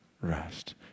rest